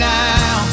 now